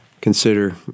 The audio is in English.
consider